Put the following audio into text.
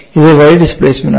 ഇത് y displacement ആണ്